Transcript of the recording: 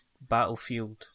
Battlefield